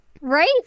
Right